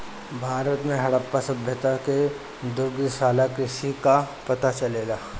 भारत में हड़प्पा सभ्यता से दुग्धशाला कृषि कअ पता चलेला